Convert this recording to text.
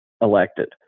elected